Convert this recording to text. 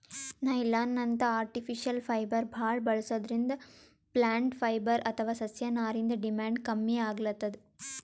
ನೈಲಾನ್ನಂಥ artificial fibre ಭಾಳ್ ಬಳಸದ್ರಿಂದ plant fibre ಅಥವಾ ಸಸ್ಯನಾರಿಂದ್ ಡಿಮ್ಯಾಂಡ್ ಕಮ್ಮಿ ಆಗ್ಲತದ್